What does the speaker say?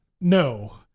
No